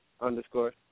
underscore